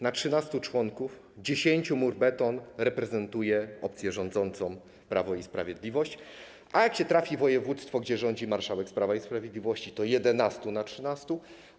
Na 13 członków 10 na mur-beton reprezentuje opcję rządzącą, Prawo i Sprawiedliwość, a jak się trafi województwo, gdzie rządzi marszałek z Prawa i Sprawiedliwości, to 11 na 13.